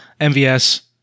MVS